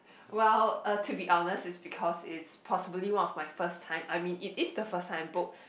well uh to be honest it's because it's possibly one of my first time I mean it is the first time I book